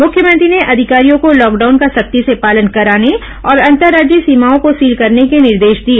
मुख्यमंत्री ने अधिकारियों को लॉकडाउन का सख्ती से पालन कराने और अंतर्राज्यीय सीमाओं को सील करने के निर्देश दिए